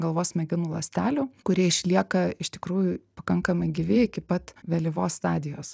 galvos smegenų ląstelių kurie išlieka iš tikrųjų pakankamai gyvi iki pat vėlyvos stadijos